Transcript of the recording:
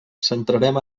centrarem